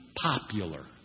popular